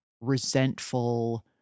resentful